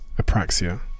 apraxia